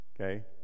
Okay